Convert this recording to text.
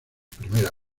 primera